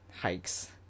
hikes